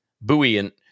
buoyant